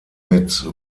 mit